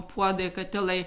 puodai katilai